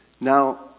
now